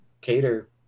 Cater